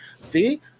see